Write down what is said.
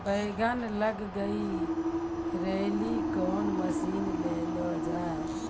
बैंगन लग गई रैली कौन मसीन ले लो जाए?